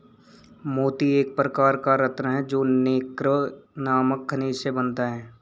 मोती एक प्रकार का रत्न है जो नैक्रे नामक खनिज से बनता है